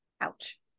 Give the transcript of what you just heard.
Ouch